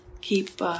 keep